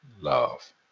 love